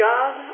God